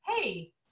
hey